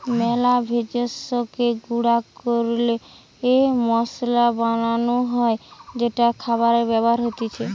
মেলা ভেষজকে গুঁড়া ক্যরে মসলা বানান হ্যয় যেটা খাবারে ব্যবহার হতিছে